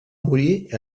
morir